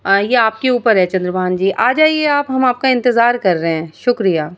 یہ آپ کے اوپر ہے چندر بھان جی آ جائیے آپ ہم آپ کا انتظار کر رہے ہیں شکریہ